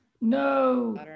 No